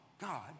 God